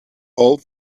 all